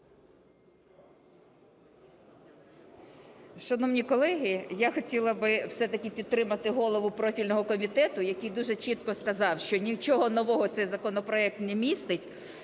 Шановні колеги, я хотіла би все-таки підтримати голову профільного комітету, який дуже чітко сказав, що нічого нового цей законопроект не містить.